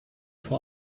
vor